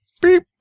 beep